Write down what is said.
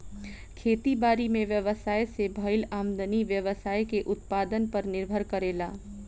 खेती बारी में व्यवसाय से भईल आमदनी व्यवसाय के उत्पादन पर निर्भर करेला